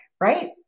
right